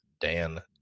Dan